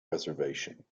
reservation